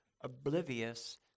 oblivious